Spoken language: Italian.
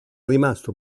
rimasto